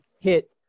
hit